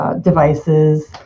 devices